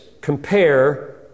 compare